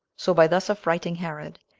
so by thus affrighting herod,